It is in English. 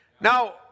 Now